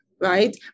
right